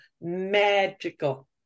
magical